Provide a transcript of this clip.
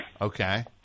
Okay